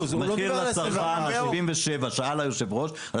המחיר לצרכן, על ה-77%, מה ששאל יושב-ראש.